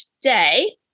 today